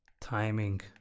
timing